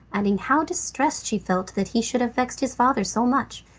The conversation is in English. adding how distressed she felt that he should have vexed his father so much.